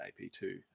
AP2